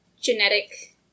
genetic